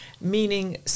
meaning